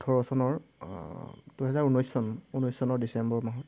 ওঠৰ চনৰ দুহেজাৰ ঊনৈছ চন ঊনৈছ চনৰ ডিচেম্বৰ মাহত